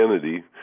kennedy